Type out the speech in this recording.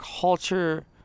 culture